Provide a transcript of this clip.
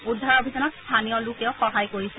উদ্ধাৰ অভিযানত স্থানীয় লোকেও সহায় কৰিছে